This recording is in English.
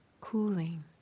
cooling